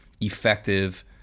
effective